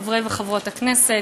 חברי וחברות הכנסת,